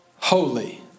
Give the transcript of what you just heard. holy